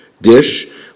dish